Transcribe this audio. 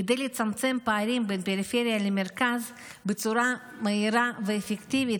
כדי לצמצם פערים בין פריפריה למרכז בצורה מהירה ואפקטיבית,